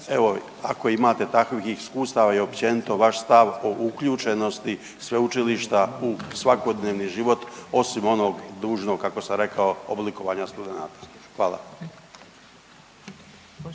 Evo, ako imate takvih iskustava i općenito vaš stav, o uključenosti sveučilišta u svakodnevni život osim onog dužnog, kako sam rekao, oblikovanja studenata. Hvala.